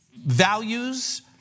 values